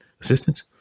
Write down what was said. assistance